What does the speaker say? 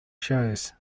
shows